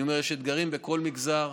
אני אומר: יש אתגרים בכל מגזר,